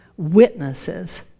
witnesses